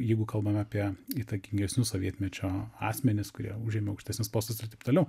jeigu kalbame apie įtakingesnius sovietmečio asmenis kurie užėmė aukštesnius postus ir taip toliau